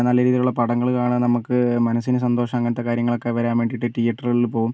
നല്ല രീതിയിലുള്ള പടങ്ങൾ കാണാൻ നമുക്ക് മനസ്സിന് സന്തോഷം അങ്ങനത്തെ കാര്യങ്ങളൊക്കെ വരാൻ വേണ്ടിയിട്ട് തീയേറ്ററുകളിൽ പോകും